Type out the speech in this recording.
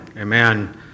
Amen